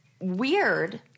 weird